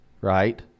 Right